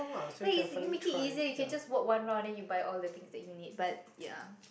then easy you make it easier you can just walk one round and then you buy all the things that you need but ya